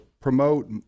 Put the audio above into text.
promote